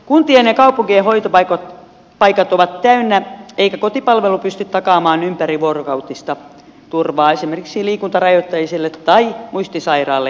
kuntien ja kaupunkien hoitopaikat ovat täynnä eikä kotipalvelu pysty takaamaan ympärivuorokautista turvaa esimerkiksi liikuntarajoitteiselle tai muistisairaalle henkilölle